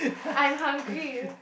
I'm hungry